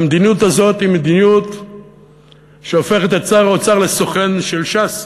המדיניות הזאת היא מדיניות שהופכת את שר האוצר לסוכן של ש"ס.